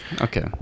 Okay